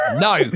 No